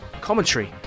Commentary